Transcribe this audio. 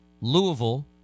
Louisville